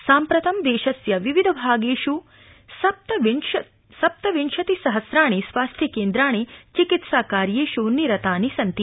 साम्प्रतं देशस्य विविध भागेष् सप्त विंशति सहस्राणि स्वास्थ्यकेन्द्राणि चिकित्साकार्येष् निरतानि सन्ति